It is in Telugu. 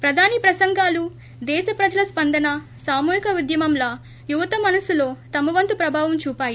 ప్రధాని ప్రసంగాలు దేశ ప్రజల స్పందన సామూహిక ఉద్యమంలా యువత మనస్పులో తమ వంతు ప్రభావం చూపాయి